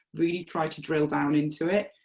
really try to drill down into it,